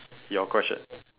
your question